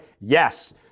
yes